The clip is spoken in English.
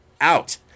out